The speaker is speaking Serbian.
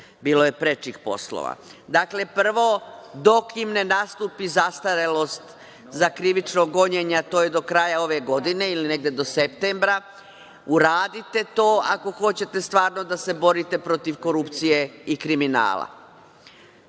bilo je prečih poslova. Dakle, prvo, dok im ne nastupi zastarelost za krivično gonjenje, a to je do kraja ove godine ili negde do septembra, uradite to ako hoćete stvarno da se borite protiv korupcije i kriminala. Rešite